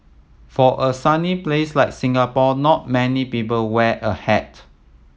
for a sunny place like Singapore not many people wear a hat